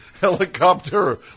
helicopter